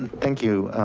thank you.